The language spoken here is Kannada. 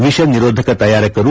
ವಿಷನಿರೋಧಕ ತಯಾರಕರು